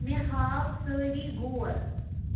مےٚ ہاو سٲرِی گور